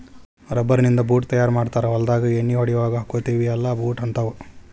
rubber ನಿಂದ boot ತಯಾರ ಮಾಡ್ತಾರ ಹೊಲದಾಗ ಎಣ್ಣಿ ಹೊಡಿಯುವಾಗ ಹಾಕ್ಕೊತೆವಿ ಅಲಾ ಬೂಟ ಹಂತಾವ